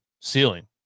ceiling